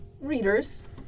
readers